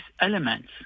elements